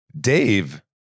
Dave